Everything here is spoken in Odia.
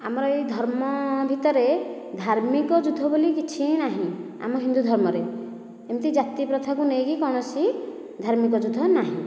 ଆମର ଏଇ ଧର୍ମ ଭିତରେ ଧାର୍ମିକ ଯୁଦ୍ଧ ବୋଲି କିଛି ନାହିଁ ଆମ ହିନ୍ଦୁ ଧର୍ମରେ ଏମିତି ଜାତି ପ୍ରଥାକୁ ନେଇକି କୌଣସି ଧାର୍ମିକ ଯୁଦ୍ଧ ନାହିଁ